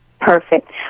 Perfect